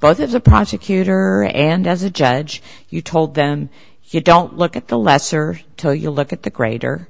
both as a prosecutor and as a judge you told them you don't look at the lesser till you look at the greater